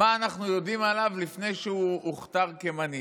מה אנחנו יודעים עליו לפני הוא הוכתר כמנהיג?